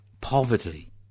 poverty